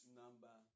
number